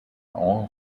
all